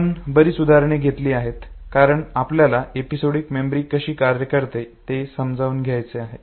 आपण बरीच उदाहरणे घेत आहोत कारण आपल्याला एपिसोडिक मेमरी कशी कार्य करते ते समजून घ्यायचे आहे